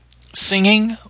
singing